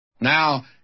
Now